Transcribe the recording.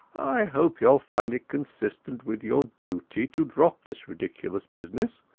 ai hope youall find it consistent with your duty to drop this ridiculous business.